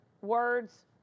words